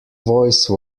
voice